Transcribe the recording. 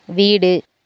வீடு